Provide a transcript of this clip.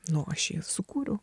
nu aš jį sukūriau